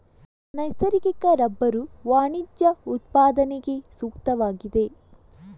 ನೈಸರ್ಗಿಕ ರಬ್ಬರು ವಾಣಿಜ್ಯ ಉತ್ಪಾದನೆಗೆ ಸೂಕ್ತವಾಗಿದೆ